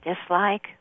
dislike